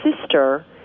sister